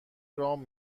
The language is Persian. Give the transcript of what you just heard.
رام